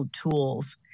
tools